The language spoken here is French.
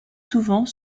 souvent